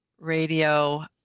radio